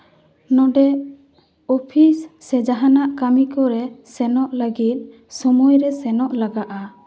ᱱᱚᱸᱰᱮ ᱚᱯᱷᱤᱥ ᱥᱮ ᱡᱟᱦᱟᱱᱟᱜ ᱠᱟᱹᱢᱤ ᱠᱚᱨᱮᱜ ᱥᱮᱱᱚᱜ ᱞᱟᱹᱜᱤᱫ ᱥᱚᱢᱚᱭ ᱨᱮ ᱥᱮᱱᱚᱜ ᱞᱟᱜᱟᱜᱼᱟ